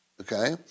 okay